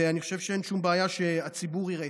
ואני חושב שאין שום בעיה שהציבור יראה.